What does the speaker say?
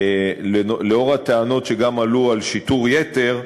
לנוכח הטענות שעלו, גם על שיטור יתר,